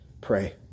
Pray